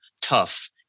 tough